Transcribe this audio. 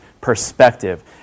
perspective